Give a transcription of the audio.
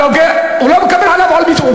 הוא לא מקבל עליו עול מצוות.